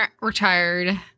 retired